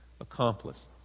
accomplice